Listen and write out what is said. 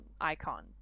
icon